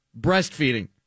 Breastfeeding